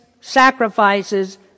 sacrifices